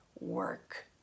work